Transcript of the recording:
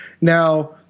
now